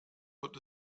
wird